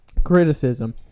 criticism